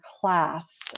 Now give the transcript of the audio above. class